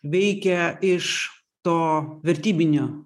veikia iš to vertybinio